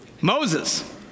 Moses